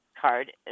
card